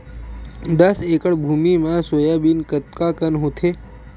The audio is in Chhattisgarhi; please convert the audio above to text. दस एकड़ भुमि म सोयाबीन कतका कन होथे?